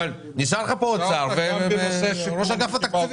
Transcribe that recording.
נשאר לך פה האוצר וראש אגף התקציבים.